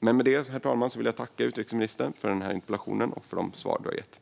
Därmed, herr talman, vill jag tacka utrikesministern för denna interpellationsdebatt och de svar hon har gett.